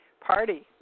party